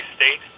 State